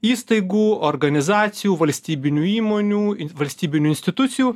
įstaigų organizacijų valstybinių įmonių valstybinių institucijų